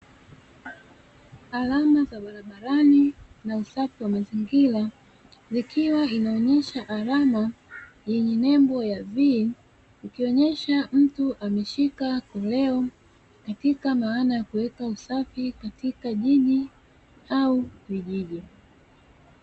Alama za barabarani na usafi wa mazingira ikiwa inaonesha alama yenye nembo ya "v" ukionyesha mtu ameshika ko leo katika maana ya kuweka usafi katika jiji au vijiji.